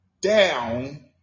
down